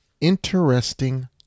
interesting